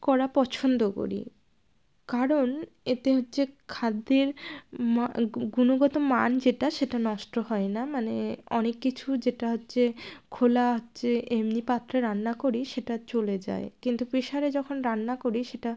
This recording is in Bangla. করা পছন্দ করি কারণ এতে হচ্ছে খাদ্যের গুণগত মান যেটা সেটা নষ্ট হয় না মানে অনেক কিছু যেটা হচ্ছে খোলা হচ্ছে এমনি পাত্রে রান্না করি সেটা চলে যায় কিন্তু প্রেশারে যখন রান্না করি সেটা